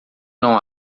não